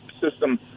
system